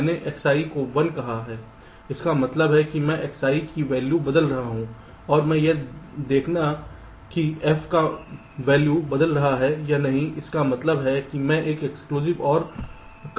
मैंने Xi को 1 कहा है इसका मतलब है कि मैं Xi की वैल्यू बदल रहा हूं और मैं यह देखना कि f का मूल्य बदल रहा है या नहीं इसका मतलब है मैं एक एक्सक्लूसिव OR कर रहा हूं